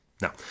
Now